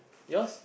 yours